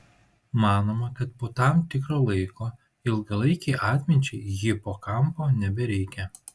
manoma kad po tam tikro laiko ilgalaikei atminčiai hipokampo nebereikia